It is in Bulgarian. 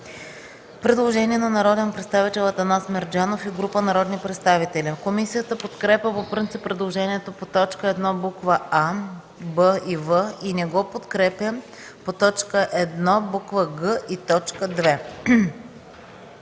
Предложение на народния представител Атанас Мерджанов и група народни представители. Комисията подкрепя по принцип предложението по т. 1, буква „а”, „б” и „в” и не го подкрепя по т. 1, буква „г”, и т. 2.